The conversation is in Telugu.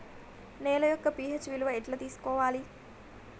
నేల యొక్క పి.హెచ్ విలువ ఎట్లా తెలుసుకోవాలి?